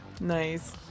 Nice